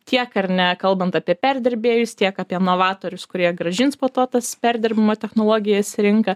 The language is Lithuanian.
tiek ar ne kalbant apie perdirbėjus tiek apie novatorius kurie grąžins po to tas perdirbimo technologijas į rinką